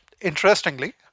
interestingly